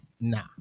nah